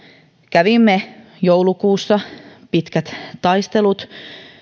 kävimme joulukuussa pitkät taistelut